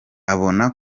abona